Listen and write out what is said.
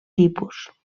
tipus